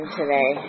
today